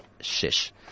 Shish